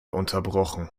unterbrochen